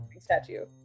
Statue